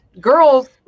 Girls